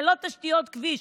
ללא תשתיות כביש,